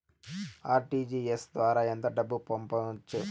RTGS ద్వారా ఎంత డబ్బు పంపొచ్చు?